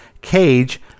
Cage